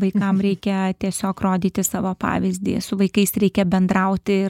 vaikam reikia tiesiog rodyti savo pavyzdį su vaikais reikia bendrauti ir